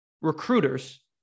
recruiters